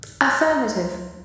Affirmative